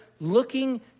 looking